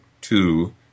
two